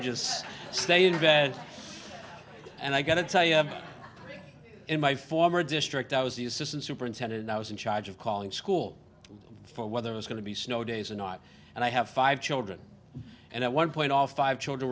just stay in bed and i got to tell you in my former district i was the assistant superintendent i was in charge of calling school for whether it was going to be snow days or not and i have five children and at one point all five children